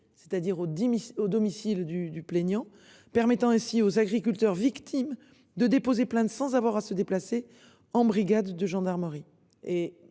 c'est-à-dire aux 10.000 au domicile du du plaignant, permettant ainsi aux agriculteurs victimes de déposer plainte sans avoir à se déplacer en brigade de gendarmerie